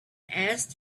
asked